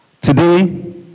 Today